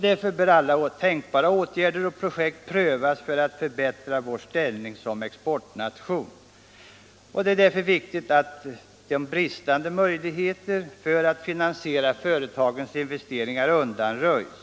Därför bör alla tänkbara åtgärder och projekt prövas för att förbättra vår ställning som exportnation. Det är då viktigt att de bristande möjligheterna att finansiera företagens investeringar undanröjs.